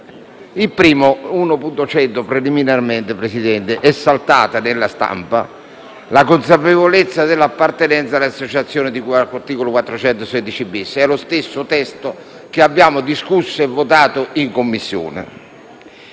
faccio notare preliminarmente che è saltata, nella stampa, la consapevolezza dell'appartenenza alle associazioni di cui all'articolo 416-*bis*: è lo stesso testo che abbiamo discusso e votato in Commissione.